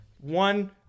One